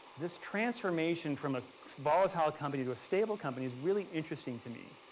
this transformation from a volatile ah company to a stable company is really interesting to me,